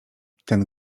ten